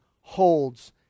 holds